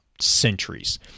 centuries